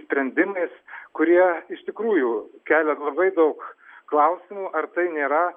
sprendimais kurie iš tikrųjų kelia labai daug klausimų ar tai nėra